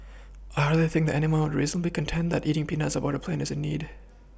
I hardly think anymore reasonably contend that eating peanuts on board a plane is a need